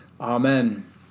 Amen